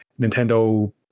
nintendo